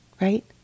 right